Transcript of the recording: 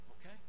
Okay